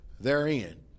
therein